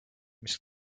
mis